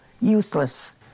useless